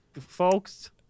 folks